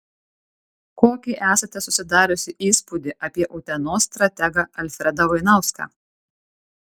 kokį esate susidariusi įspūdį apie utenos strategą alfredą vainauską